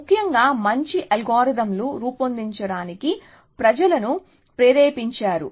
ముఖ్యంగా మంచి అల్గోరిథంలను రూపొందించడానికి ప్రజలను ప్రేరేపించారు